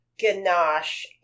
ganache